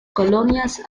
colonias